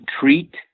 treat